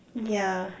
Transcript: yeah